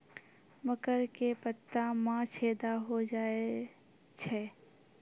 मकर के पत्ता मां छेदा हो जाए छै?